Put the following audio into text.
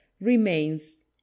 remains